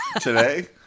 Today